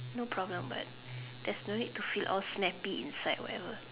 no problem but there's no need to feel all snappy or whatever